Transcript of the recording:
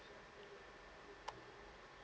uh